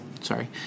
sorry